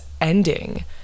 ending